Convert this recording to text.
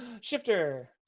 Shifter